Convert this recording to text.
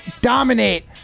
dominate